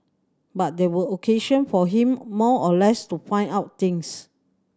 but they were occasion for him more or less to find out things